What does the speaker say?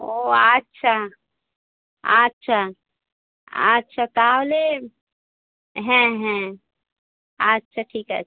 ও আচ্ছা আচ্ছা আচ্ছা তাহলে হ্যাঁ হ্যাঁ আচ্ছা ঠিক আছে